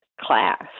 class